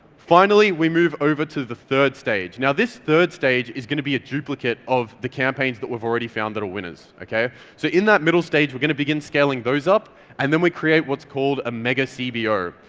finally, we move over to the third stage. now this third stage is going to be a duplicate of the campaigns that we've already found that are winners. in so in that middle stage, we're going to begin scaling those up and then we create what's called a mega cbo.